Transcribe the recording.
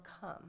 come